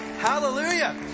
Hallelujah